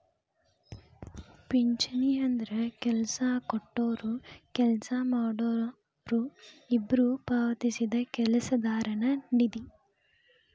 ಪಿಂಚಣಿ ಅಂದ್ರ ಕೆಲ್ಸ ಕೊಟ್ಟೊರು ಕೆಲ್ಸ ಮಾಡೋರು ಇಬ್ಬ್ರು ಪಾವತಿಸಿದ ಕೆಲಸಗಾರನ ನಿಧಿ